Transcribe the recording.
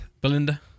Belinda